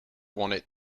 want